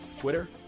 Twitter